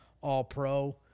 All-Pro